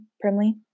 primly